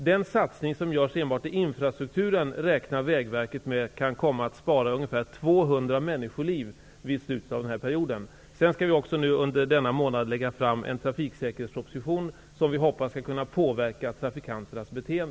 Den satsning som görs enbart i infrastrukturen beräknar Vägverket kan komma att spara 200 människoliv i slutet av den här perioden. Vi skall också nu under denna månad lägga fram en trafiksäkerhetsproposition, som vi hoppas också skall påverka trafikanternas beteende.